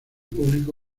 público